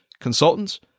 consultants